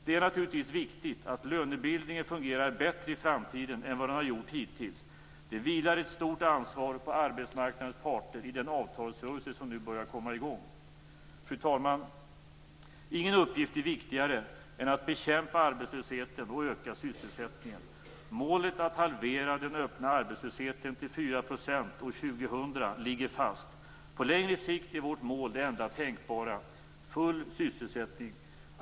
Det är naturligtvis viktigt att lönebildningen fungerar bättre i framtiden än vad den har gjort hittills. Det vilar ett stort ansvar på arbetsmarknadens parter i den avtalsrörelse som nu börjar komma i gång. Fru talman! Ingen uppgift är viktigare än att bekämpa arbetslösheten och öka sysselsättningen. Målet att halvera den öppna arbetslösheten till 4 % år 2000 ligger fast. På längre sikt är vårt mål det enda tänkbara: full sysselsättning.